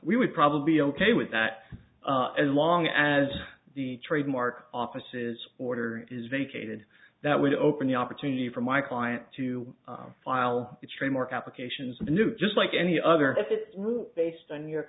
we would probably be ok with that as long as the trademark offices order is vacated that would open the opportunity for my client to file the trademark applications of a new just like any other if it's based on your